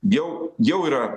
jau jau yra